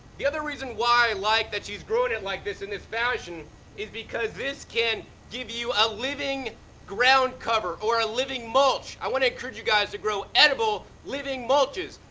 the other reason why i like that she's growing it like this in this fashion is because this can give you a living ground cover, or a living mulch. i wanna encourage you guys to grow edible, living mulches.